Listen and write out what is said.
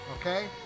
okay